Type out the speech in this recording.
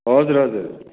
हजुर हजुर